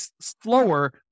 slower